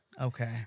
Okay